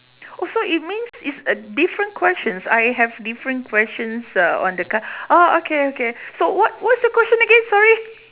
oh so it means is a different questions I have different questions uh on the card ah okay okay so what what's the question again sorry